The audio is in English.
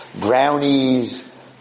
brownies